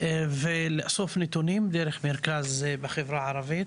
ולאסוף נתונים דרך מרכז בחברה הערבית